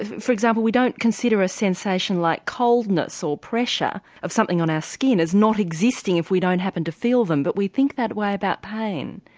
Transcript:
for example we don't consider a sensation like coldness or pressure of something on our skin as not existing if we don't happen to feel them but we think that way about pain.